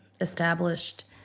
established